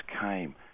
came